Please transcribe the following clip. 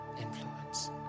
influence